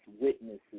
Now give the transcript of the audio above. witnesses